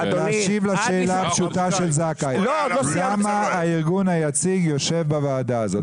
לשאלה שלך למה הארגון היציג יושב בוועדה הזאת?